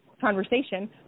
conversation